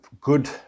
good